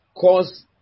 cause